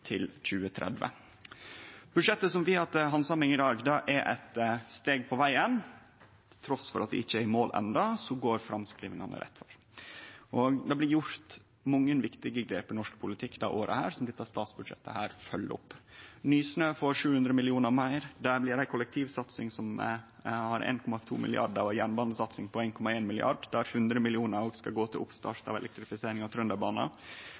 til 2030. Budsjettet som vi har til handsaming i dag, er eit steg på vegen. Trass i at vi ikkje er i mål enno, går framskrivingane rett veg. Det er blitt gjort mange viktige grep i norsk politikk dette året som dette statsbudsjettet følgjer opp. Nysnø får 700 mill. kr meir, det blir ei kollektivsatsing som har fått 1,2 mrd. kr og ei jernbanesatsing på 1,1 mrd. kr, der 100 mill. kr òg skal gå til oppstart av